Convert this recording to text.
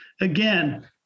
Again